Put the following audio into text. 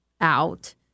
out